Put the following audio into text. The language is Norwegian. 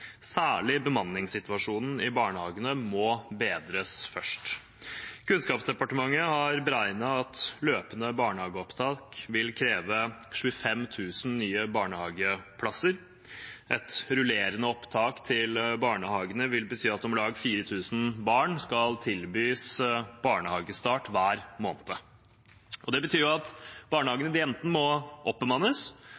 Særlig bemanningssituasjonen i barnehagene må bedres først. Kunnskapsdepartementet har beregnet at løpende barnehageopptak vil kreve 25 000 nye barnehageplasser. Et rullerende opptak til barnehagene vil bety at om lag 4 000 barn skal tilbys barnehagestart hver måned. Det betyr at